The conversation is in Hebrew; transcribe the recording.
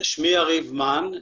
שמי יריב מן,